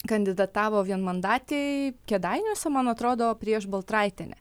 kandidatavo vienmandatėj kėdainiuose man atrodo prieš baltraitienę